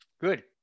Good